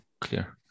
Clear